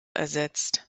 ersetzt